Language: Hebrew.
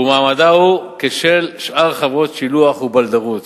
ומעמדה הוא כשל שאר חברות השילוח והבלדרות.